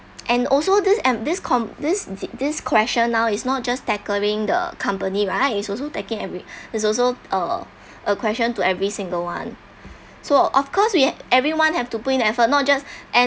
and also this and this con~ this this question now is not just tackling the company right is also tacking eve~ is also uh a question to every single one so of course we ha~ everyone have to put in effort not just and